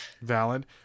Valid